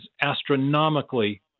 astronomically